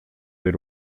des